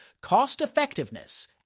cost-effectiveness